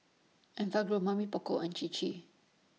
Enfagrow Mamy Poko and Chir Chir